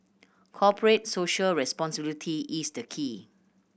Corporate Social Responsibility is the key